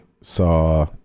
saw